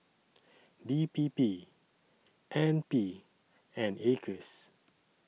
D P P N P and Acres